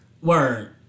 Word